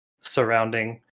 surrounding